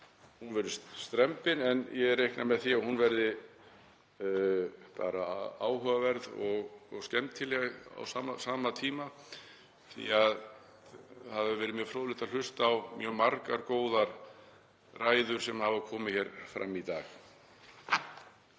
Hún verður strembin en ég reikna með því að hún verði bara áhugaverð og skemmtileg á sama tíma því að það hefur verið mjög fróðlegt að hlusta á mjög margar góðar ræður sem hafa verið haldnar hér í dag.